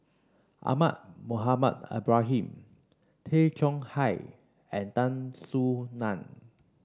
Ahmad Mohamed Ibrahim Tay Chong Hai and Tan Soo Nan